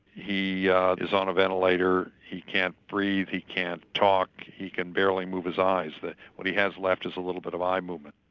he yeah is on a ventilator, he can't breathe, he can't talk, he can barely move his eyes. what he has left is a little bit of eye movement,